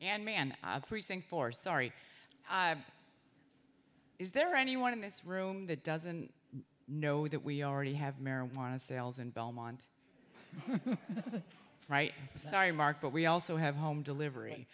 four sorry is there anyone in this room that doesn't know that we already have marijuana sales in belmont right sorry mark but we also have home delivery